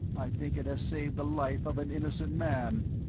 i think it has saved the life of an innocent man.